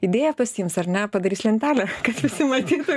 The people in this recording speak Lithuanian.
idėją pasiims ar ne padarys lentelę kad visi matytų